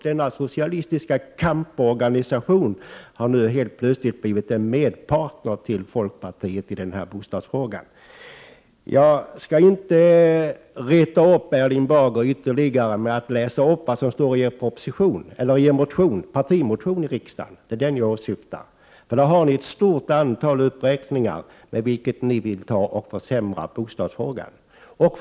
Denna socialistiska kamporganisation har nu plötsligt blivit en bundsförvant till folkpartiet i bostadsfrågan. Jag skall inte reta upp Erling Bager ytterligare med att läsa vad som står i folkpartiets partimotion, men jag erinrar om att där finns en lång uppräkning av försämringar för de boende som folkpartiet vill genomföra.